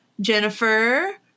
Jennifer